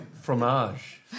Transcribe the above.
Fromage